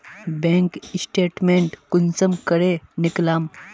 Bank statement कुंसम करे निकलाम?